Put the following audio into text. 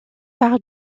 par